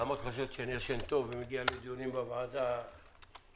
למה את חושבת שאני ישן היטב ומגיע לדיונים בוועדה רגוע?